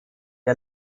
der